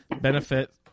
benefit